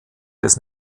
des